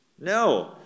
No